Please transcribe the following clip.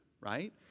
right